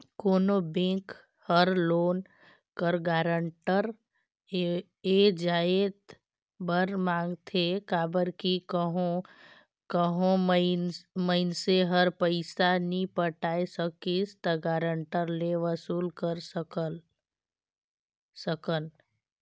कोनो बेंक हर लोन कर गारंटर ए जाएत बर मांगथे काबर कि कहों मइनसे हर पइसा नी पटाए सकिस ता गारंटर ले वसूल कर सकन